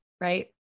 Right